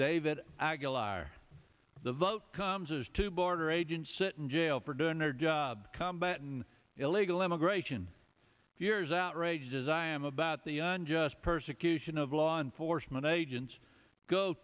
aguilar the vote comes as two border agents sit in jail for doing their job combat and illegal immigration fears outraged as i am about the unjust persecution of law enforcement agents go